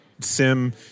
SIM